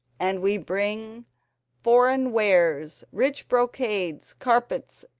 and we bring foreign wares rich brocades, carpets,